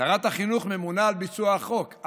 שרת החינוך ממונה על ביצוע החוק,